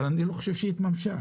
אבל אני חושב שהיא לא התממשה,